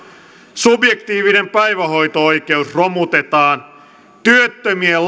subjektiivinen päivähoito oikeus romutetaan työttömien